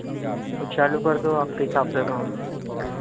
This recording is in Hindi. तो चालू कर दो आपके हिसाब से काम